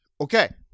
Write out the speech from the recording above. Okay